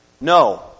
No